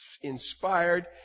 inspired